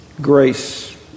Grace